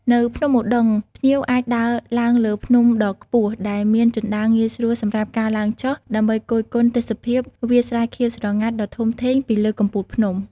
នៅភ្នំឧដុង្គ ភ្ញៀវអាចដើរឡើងលើភ្នំដ៏ខ្ពស់ដែលមានជណ្ដើរងាយស្រួលសម្រាប់ការឡើងចុះ ដើម្បីគយគន់ទេសភាពវាលស្រែខៀវស្រងាត់ដ៏ធំធេងពីលើកំពូលភ្នំ។